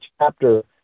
chapter